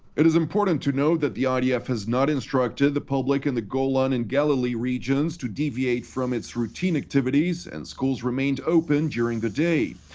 it is important to note that the idf has not instructed the public in the golan and galilee regions to deviate from its routine activities, and schools remained open during the day.